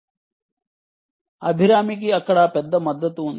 మాధురి మాధవ్ అభిరామికి అక్కడ పెద్ద మద్దతు ఉంది